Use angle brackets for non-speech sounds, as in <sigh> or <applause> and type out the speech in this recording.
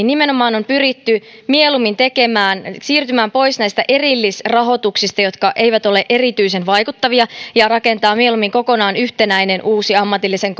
<unintelligible> nimenomaan on pyritty mieluummin siirtymään pois näistä erillisrahoituksista jotka eivät ole erityisen vaikuttavia ja rakentamaan mieluummin kokonaan yhtenäinen uusi ammatillisen <unintelligible>